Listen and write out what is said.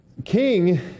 king